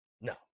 No